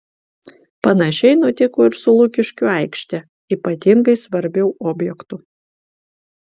panašiai nutiko ir su lukiškių aikšte ypatingai svarbiu objektu